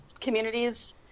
communities